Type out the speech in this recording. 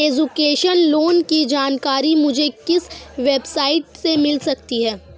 Education loan की जानकारी मुझे किस वेबसाइट से मिल सकती है?